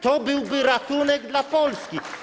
To byłby ratunek dla Polski.